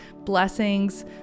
Blessings